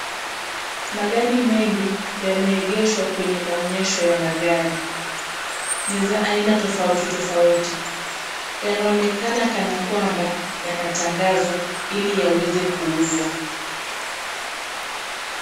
Magari mengi yameegeshwa kwenye maonyesho ya magari. Ni za aina tofauti tofauti. Yanaonekana kana kwamba yanatangazwa ili yaweze kuuzwa.